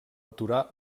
aturar